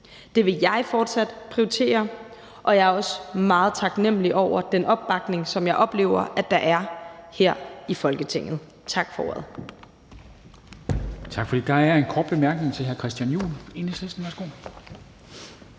Det vil jeg fortsat prioritere, og jeg er også meget taknemlig over den opbakning, som jeg oplever der er her i Folketinget. Tak for ordet.